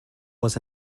was